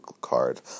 card